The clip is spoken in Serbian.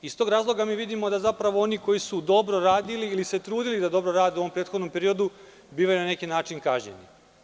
Iz tog razloga vidimo da oni koji su dobro radili ili su se trudili da dobro rade u ovom prethodnom periodu bivaju na neki način kažnjeni.